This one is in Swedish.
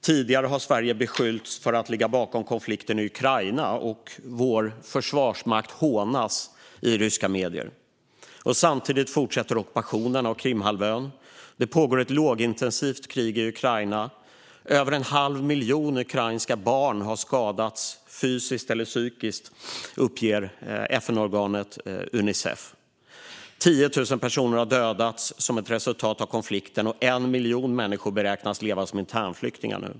Tidigare har Sverige beskyllts för att ligga bakom konflikten i Ukraina, och vår försvarsmakt hånas i ryska medier. Samtidigt fortsätter ockupationen av Krimhalvön. Det pågår ett lågintensivt krig i Ukraina. Över en halv miljon ukrainska barn har skadats fysiskt eller psykiskt, uppger FN-organet Unicef. Som ett resultat av konflikten har 10 000 personer dödats, och 1 miljon människor beräknas nu leva som internflyktingar.